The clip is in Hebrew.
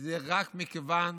זה רק מכיוון